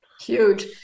Huge